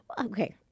Okay